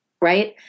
right